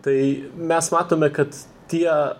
tai mes matome kad tie